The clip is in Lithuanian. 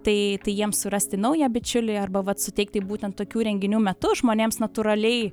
tai tai jiems surasti naują bičiulį arba vat suteikti būtent tokių renginių metu žmonėms natūraliai